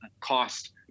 cost